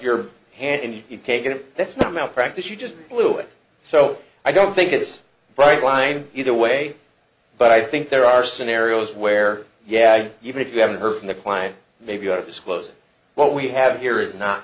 your hand and you can't get it that's not my practice you just blew it so i don't think it's a bright line either way but i think there are scenarios where yeah even if you haven't heard from the client maybe that is close what we have here is not